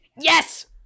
yes